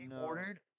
ordered